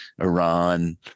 Iran